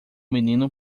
menino